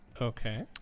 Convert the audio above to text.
Okay